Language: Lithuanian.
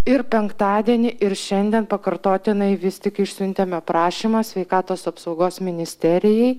ir penktadienį ir šiandien pakartotinai vis tik išsiuntėme prašymą sveikatos apsaugos ministerijai